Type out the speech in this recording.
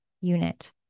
unit